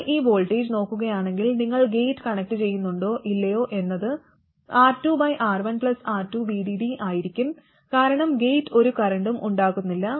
നിങ്ങൾ ഈ വോൾട്ടേജ് നോക്കുകയാണെങ്കിൽ നിങ്ങൾ ഗേറ്റ് കണക്റ്റു ചെയ്യുന്നുണ്ടോ ഇല്ലയോ എന്നത് R2R1R2VDDആയിരിക്കും കാരണം ഗേറ്റ് ഒരു കറന്റും ഉണ്ടാക്കുന്നില്ല